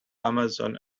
amazon